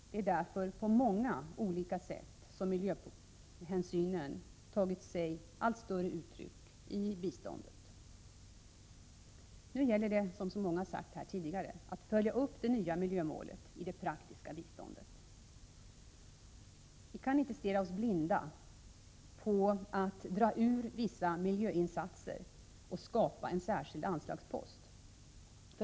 Det är därför på många olika sätt som miljöhänsynen tagit sig allt starkare uttryck i biståndet. Nu gäller det, som så många sagt här tidigare, att följa upp det nya miljömålet i det praktiska biståndet. Vi kan inte stirra oss blinda på att dra ur vissa miljöinsatser och skapa en särskild anslagspost.